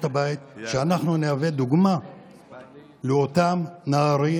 הבית שאנחנו נהווה דוגמה לאותם נערים,